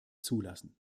zulassen